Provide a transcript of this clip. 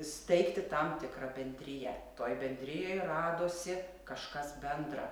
steigti tam tikrąbendriją toje bendrijoje radosi kažkas bendra